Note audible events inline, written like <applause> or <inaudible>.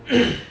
<coughs>